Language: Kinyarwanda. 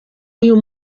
uyu